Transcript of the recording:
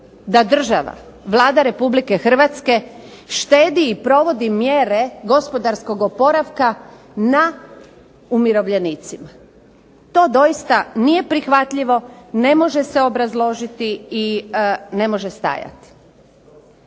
da država, Vlada Republike Hrvatske štedi i provodi mjere gospodarskog oporavka na umirovljenicima. To doista nije prihvatljivo, ne može se obrazložiti i ne može stajati.